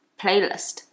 playlist